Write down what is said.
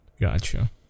Gotcha